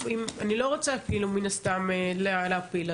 ואני לא רוצה מן הסתם להפיל,